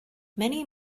many